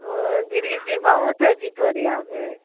ओ गिरी जी बहुत है जित्वारिया में